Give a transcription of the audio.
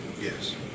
Yes